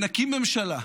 ונקים ממשלה,